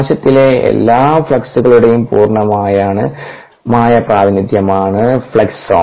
കോശത്തിലെ എല്ലാ ഫ്ലക്സുകളുടെയും പൂർണ്ണമായ പ്രാതിനിധ്യമാണ് ഫ്ലക്സോം